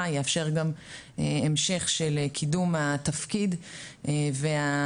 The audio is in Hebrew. יאפשר גם המשך של קידום התפקיד והסמכויות.